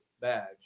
badge